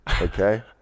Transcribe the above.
Okay